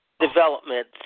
development